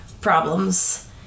problems